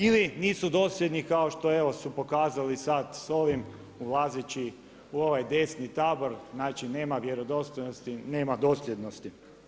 Ili nisu dosljedni kao što evo su pokazali sad sa ovim ulazeći u ovaj desni tabor, znači nema vjerodostojnosti, nema dosljednosti.